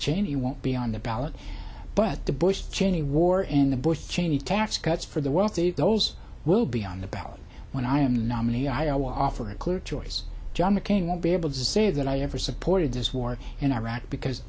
cheney won't be on the ballot but the bush cheney war in the bush cheney tax cuts for the wealthy those will be on the ballot when i am nominee i will offer a clear choice john mccain won't be able to say that i ever supported this war in iraq because